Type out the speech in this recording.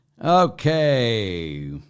Okay